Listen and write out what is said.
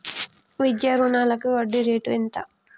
విద్యా రుణాలకు వడ్డీ రేటు ఎంత?